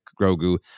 Grogu